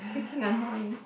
freaking annoying